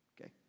Okay